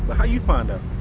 but how you find out?